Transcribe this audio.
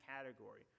category